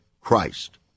Christ